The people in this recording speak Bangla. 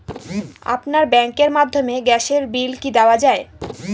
আপনার ব্যাংকের মাধ্যমে গ্যাসের বিল কি দেওয়া য়ায়?